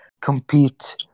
compete